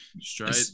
Straight